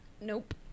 nope